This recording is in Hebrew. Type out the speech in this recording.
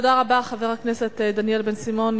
תודה רבה, חבר הכנסת דניאל בן-סימון.